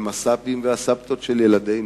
הם הסבים והסבתות של ילדינו.